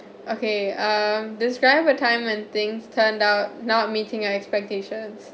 okay um describe a time when things turn out not meeting your expectations